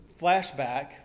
flashback